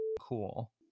cool